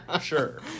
sure